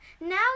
now